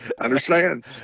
Understand